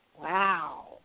wow